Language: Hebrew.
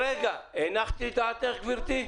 רגע, הנחתי את דעתך, גברתי?